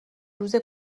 روز